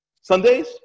Sundays